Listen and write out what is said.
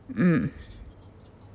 mm